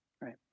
right